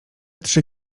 trzy